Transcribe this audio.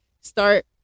start